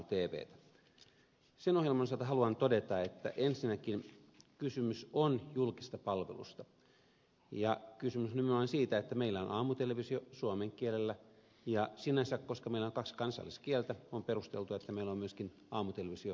sen ohjelman osalta haluan todeta että ensinnäkin kysymys on julkisesta palvelusta ja kysymys on nimenomaan siitä että meillä on aamutelevisio suomen kielellä ja sinänsä koska meillä on kaksi kansalliskieltä on perusteltua että meillä on myöskin aamutelevisio ruotsin kielellä